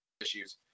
issues